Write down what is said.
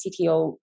CTO